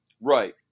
Right